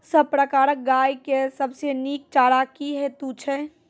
सब प्रकारक गाय के सबसे नीक चारा की हेतु छै?